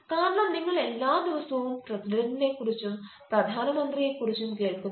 കാരണം നിങ്ങൾ എല്ലാ ദിവസവും പ്രസിഡന്റിനെക്കുറിച്ചും പ്രധാനമന്ത്രിയെ കുറിച്ചും കേൾക്കുന്നു